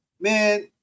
man